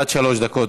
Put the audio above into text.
עד שלוש דקות.